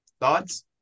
thoughts